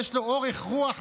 יש לו אורך רוח וסבלנות,